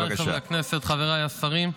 אדוני היושב-ראש, חבריי חברי הכנסת, חבריי השרים,